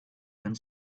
and